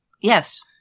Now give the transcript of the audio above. Yes